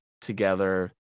together